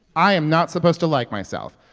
i am not supposed to like myself,